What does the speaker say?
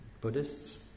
Buddhists